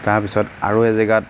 তাৰপিছত আৰু এজেগাত